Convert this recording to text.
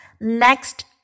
next